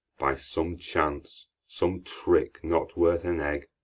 by some chance, some trick not worth an egg,